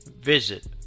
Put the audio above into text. visit